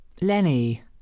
Lenny